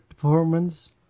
performance